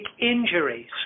injuries